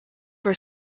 were